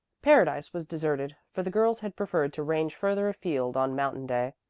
paradise was deserted, for the girls had preferred to range further afield on mountain day.